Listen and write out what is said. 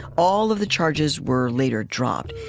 all of the charges were later dropped,